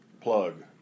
plug